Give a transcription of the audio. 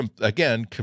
again